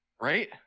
Right